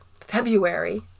February